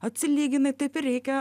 atsilyginai taip ir reikia